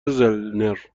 زلنر